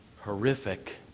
horrific